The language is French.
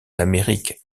l’amérique